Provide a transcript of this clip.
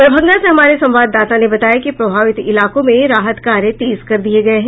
दरभंगा से हमारे संवाददाता ने बताया कि प्रभावित इलाकों में राहत कार्य तेज कर दिये गये हैं